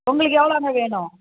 உங்களுக்கு எவ்வளோங்க வேணும்